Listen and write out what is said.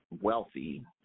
wealthy